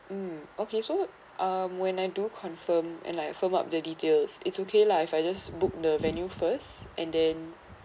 mm okay so um when I do confirm and like firmed up the details it's okay lah if I just book the venue first and then